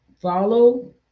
follow